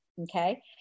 okay